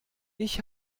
ich